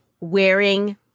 wearing